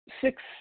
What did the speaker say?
Six